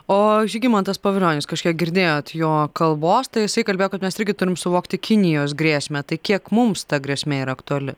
o žygimantas pavilionis kažkiek girdėjot jo kalbos tai jisai kalbėjo kad mes irgi turim suvokti kinijos grėsmę tai kiek mums ta grėsmė yra aktuali